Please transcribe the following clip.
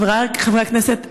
חבריי חברי הכנסת,